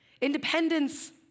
Independence